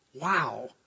Wow